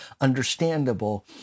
understandable